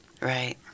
Right